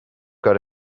got